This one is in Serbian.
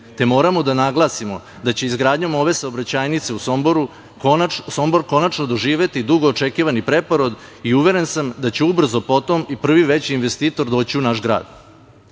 te moramo da naglasimo da će izgradnjom ove saobraćajnice Sombor konačno doživeti dugo očekivani preporod i uveren sam da će ubrzo potom i prvi veći investitor doći u naš